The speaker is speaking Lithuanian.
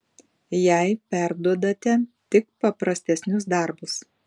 jai perduodate tik paprastesnius darbus